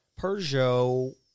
Peugeot